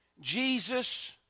Jesus